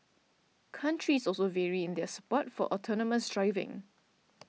countries also vary in their support for autonomous driving